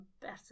better